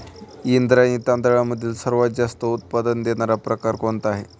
इंद्रायणी तांदळामधील सर्वात जास्त उत्पादन देणारा प्रकार कोणता आहे?